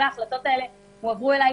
כל ההחלטות האלה הועברו אלי.